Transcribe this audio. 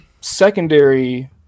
secondary